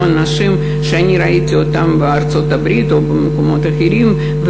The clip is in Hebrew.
אנשים שראיתי בארצות-הברית או במקומות אחרים,